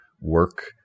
work